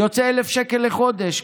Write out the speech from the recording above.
יוצא 1,000 שקל לחודש,